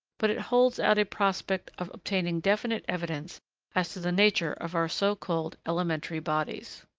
but it holds out a prospect of obtaining definite evidence as to the nature of our so-called elementary bodies.